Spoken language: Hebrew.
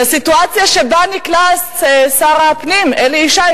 לסיטואציה שאליה נקלע שר הפנים אלי ישי,